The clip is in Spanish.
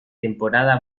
temporada